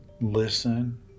listen